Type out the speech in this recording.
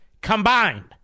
combined